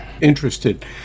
interested